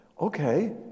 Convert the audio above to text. Okay